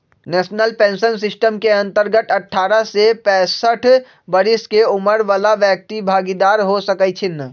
national pension system के अंतर्गत अठारह से पैंसठ बरिश के उमर बला व्यक्ति भागीदार हो सकइ छीन्ह